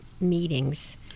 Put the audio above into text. meetings